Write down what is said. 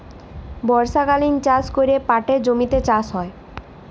বর্ষকালীল চাষ ক্যরে পাটের জমিতে চাষ হ্যয়